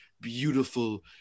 beautiful